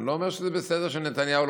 אני לא אומר שזה בסדר שאחרי הפריימריז